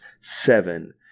seven